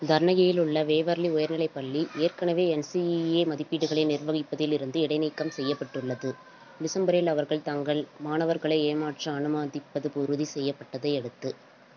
தரனகிரியில் உள்ள வேவர்லி உயர்நிலைப் பள்ளி ஏற்கனவே என்சிஇஏ மதிப்பீடுகளை நிர்வகிப்பதில் இருந்து இடைநீக்கம் செய்யப்பட்டுள்ளது டிசம்பரில் அவர்கள் தங்கள் மாணவர்களை ஏமாற்ற அனுமதிப்பது உறுதி செய்யப்பட்டதை அடுத்து